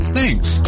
Thanks